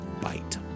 Bite